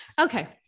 Okay